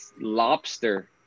lobster